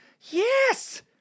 Yes